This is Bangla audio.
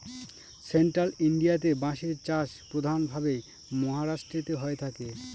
সেন্ট্রাল ইন্ডিয়াতে বাঁশের চাষ প্রধান ভাবে মহারাষ্ট্রেতে হয়ে থাকে